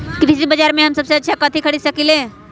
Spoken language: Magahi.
कृषि बाजर में हम सबसे अच्छा कथि खरीद सकींले?